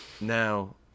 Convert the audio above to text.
now